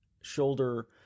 shoulder